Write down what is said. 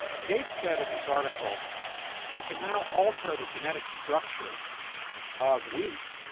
gates said in this article we can now alter the genetic structure of wheat